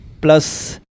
plus